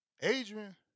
Adrian